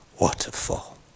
waterfall